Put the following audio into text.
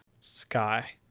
sky